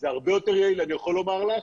זה הרבה יותר יעיל, אני יכול לומר לך,